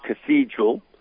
Cathedral